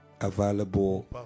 Available